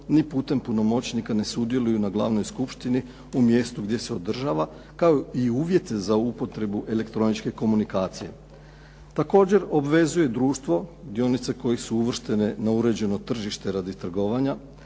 ni putem punomoćnika ne sudjeluju na glavnoj skupštini u mjestu gdje se održava kao i uvjete za upotrebu elektroničke komunikacije. Također obvezuje društvo dionice kojih su uvrštene na uređeno tržište radi trgovanja,